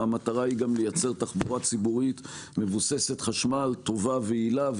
המטרה היא גם לייצר תחבורה ציבורית מבוססת חשמל טובה ויעילה.